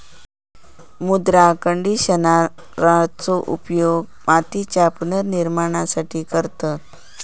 मृदा कंडिशनरचो उपयोग मातीच्या पुनर्निर्माणासाठी करतत